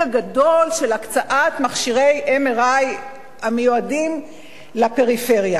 הגדול של הקצאת מכשירי MRI המיועדים לפריפריה?